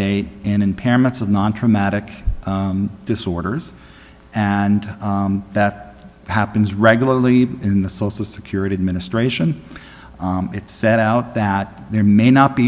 date in impairments of non traumatic disorders and that happens regularly in the social security administration it's set out that there may not be